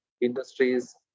Industries